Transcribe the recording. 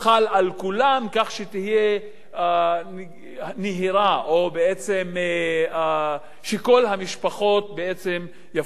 כך שתהיה נהירה או שכל המשפחות יפיקו תועלת,